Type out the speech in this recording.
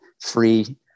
free